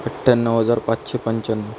अठ्ठ्याण्णव हजार पाचशे पंच्याण्णव